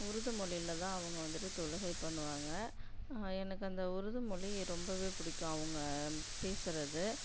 உருது மொழியில தான் அவங்க வந்துவிட்டு தொழுகை பண்ணுவாங்க எனக்கு அந்த உருதுமொழி ரொம்பவே பிடிக்கும் அவங்க பேசுறது